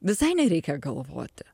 visai nereikia galvoti